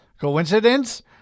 Coincidence